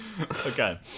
Okay